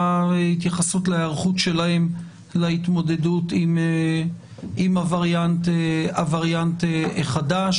התייחסות להיערכות שלהם להתמודדות עם הווריאנט החדש.